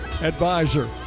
advisor